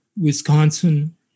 Wisconsin